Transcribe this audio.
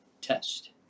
test